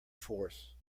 force